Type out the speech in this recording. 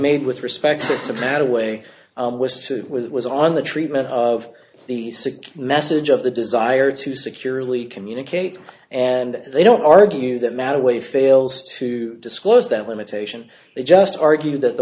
made with respect to matter way was sit with was on the treatment of the sick message of the desire to securely communicate and they don't argue that matter way fails to disclose that limitation they just argued that the